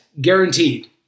guaranteed